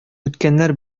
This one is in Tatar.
үткәннәр